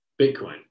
Bitcoin